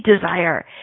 desire